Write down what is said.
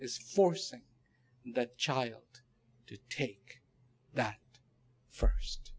it's forcing the child to take that first